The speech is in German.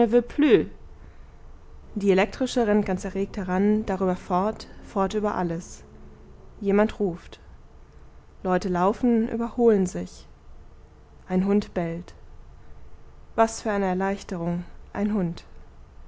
die elektrische rennt ganz erregt heran darüber fort fort über alles jemand ruft leute laufen überholen sich ein hund bellt was für eine erleichterung ein hund